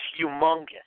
humongous